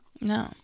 No